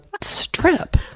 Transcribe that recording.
strip